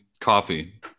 Coffee